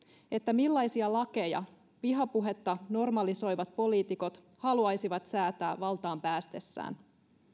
millaisia lakeja vihapuhetta normalisoivat poliitikot haluaisivat säätää valtaan päästessään